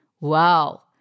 Wow